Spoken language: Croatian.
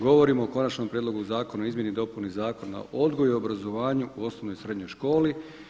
Govorimo o Konačnom prijedlogu zakona o izmjeni i dopuni Zakona o odgoju i obrazovanju u osnovnoj i srednjoj školi.